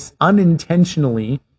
unintentionally